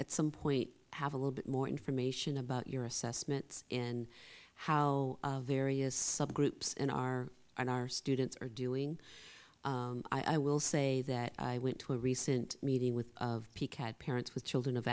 at some point have a little bit more information about your assessments in how various subgroups in our in our students are doing i will say that i went to a recent meeting with peak had parents with children of